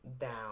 down